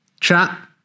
chat